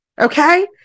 Okay